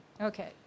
Okay